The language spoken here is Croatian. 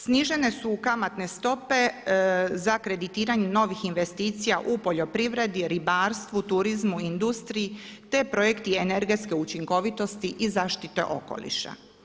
Snižene su kamatne stope za kreditiranje novih investicija u poljoprivredi, ribarstvu, turizmu, industriji te projekti energetske učinkovitosti i zaštite okoliša.